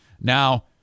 Now